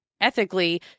ethically